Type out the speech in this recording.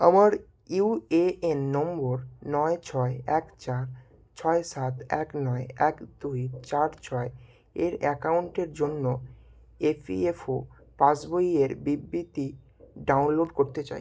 আমার UAN number নয় ছয় এক চার ছয় সাত এক নয় এক দুই চার ছয় এর অ্যাকাউন্টের জন্য ইপিএফও পাসবইয়ের বিবৃতি ডাউনলোড করতে চাই